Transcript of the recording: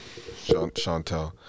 Chantel